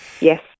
Yes